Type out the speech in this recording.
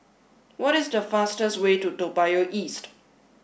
what is the fastest way to Toa Payoh East